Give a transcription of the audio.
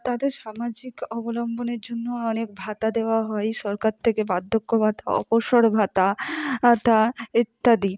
তাদের সামাজিক অবলম্বনের জন্য অনেক ভাতা দেওয়া হয় সরকার থেকে বার্দ্ধক্য ভাতা অবসর ভাতা আতা ইত্যাদি